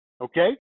okay